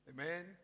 Amen